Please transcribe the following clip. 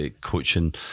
coaching